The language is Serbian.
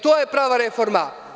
To je prava reforma.